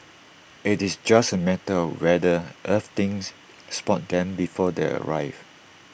IT is just A matter of whether Earthlings spot them before they arrive